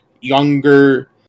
younger